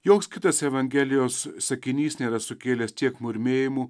joks kitas evangelijos sakinys nėra sukėlęs tiek murmėjimų